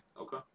Okay